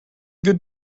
good